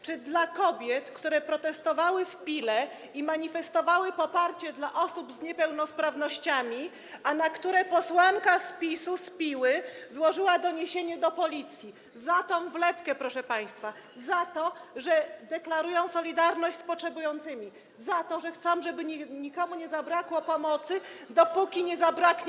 Czy dla kobiet, które protestowały w Pile i manifestowały poparcie dla osób z niepełnosprawnościami, a na które posłanka z PiS z Piły złożyła doniesienie do policji za tę wlepkę, proszę państwa, za to, że deklarują solidarność z potrzebującymi, za to, że chcą, żeby nikomu nie zabrakło pomocy, dopóki mu nas nie zabraknie?